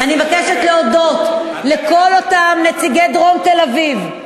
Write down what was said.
אני מבקשת להודות לכל אותם נציגי דרום תל-אביב,